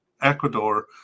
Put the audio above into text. ecuador